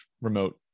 remote